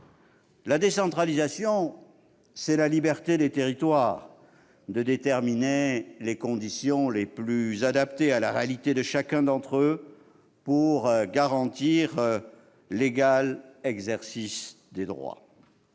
La décentralisation, c'est la liberté des territoires de déterminer les conditions les plus adaptées à la réalité de chacun d'entre eux pour garantir l'égal exercice des droits.